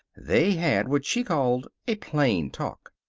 they had what she called a plain talk.